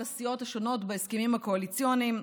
הסיעות השונות בהסכמים הקואליציוניים,